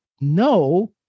no